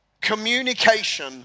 Communication